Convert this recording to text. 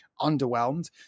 underwhelmed